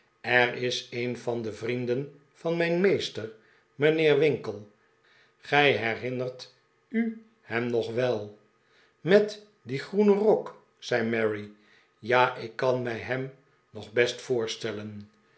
er is een van de vrienden van mijn meester mijnheer winkle gij herinnert u hem nog wel met dien groenen rok zei mary ja ik kan mij hem nog best voorstellen